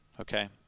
okay